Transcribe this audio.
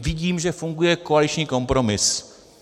Vidím, že funguje koaliční kompromis.